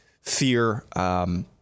fear